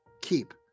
keep